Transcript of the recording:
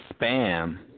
Spam